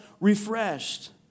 refreshed